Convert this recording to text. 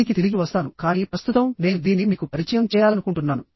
దీనికి తిరిగి వస్తాను కానీ ప్రస్తుతం నేను దీన్ని మీకు పరిచయం చేయాలనుకుంటున్నాను